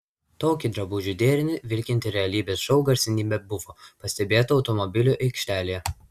tokį drabužių derinį vilkinti realybės šou garsenybė buvo pastebėta automobilių aikštelėje